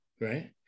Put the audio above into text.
right